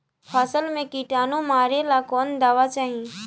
फसल में किटानु मारेला कौन दावा चाही?